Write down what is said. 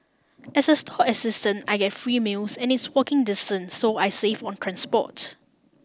as a stall assistant I get free meals and it's walking distance so I save on transport